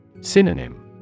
Synonym